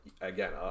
again